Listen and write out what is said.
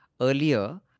earlier